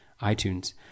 iTunes